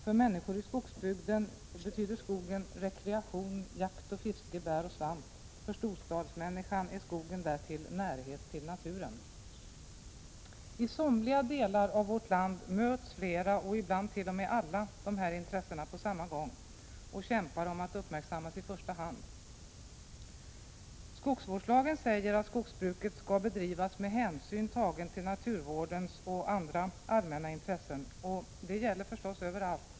För människor i skogsbygden betyder skogen rekreation, jakt, fiske, bär och svamp. För storstadsmänniskan är skogen dessutom närhet till naturen. I somliga delar av vårt land möts flera — och ibland t.o.m. alla — de här intressena på samma gång och kämpar om att uppmärksammas i första hand. Skogsvårdslagen säger att skogsbruket skall bedrivas med hänsyn tagen till naturvårdens och andra allmänna intressen och det gäller förstås överallt.